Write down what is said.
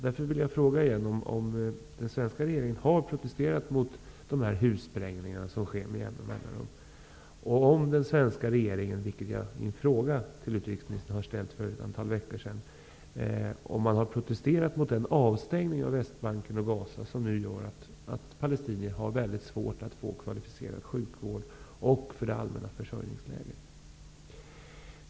Därför vill jag igen fråga om den svenska regeringen har protesterat mot de hussprängningar som med jämna mellanrum sker och om den svenska regeringen -- vilket jag tog upp i en fråga till utrikesministern för ett par veckor sedan -- har protesterat mot den avstängning av Västbanken och Gaza som nu gör att palestinier har svårt att få kvalificerad sjukvård och medför svårigheter för det allmänna försörjningsläget.